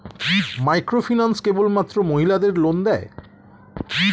Microfinance কেবলমাত্র মহিলাদের loan দেয়?